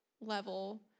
level